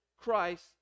Christ